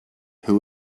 who